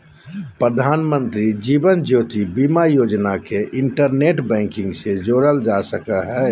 प्रधानमंत्री जीवन ज्योति बीमा योजना के इंटरनेट बैंकिंग से जोड़ल जा सको हय